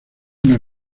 una